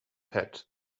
pet